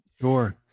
Sure